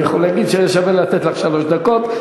אני יכול להגיד שהיה שווה לתת לך שלוש דקות.